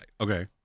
Okay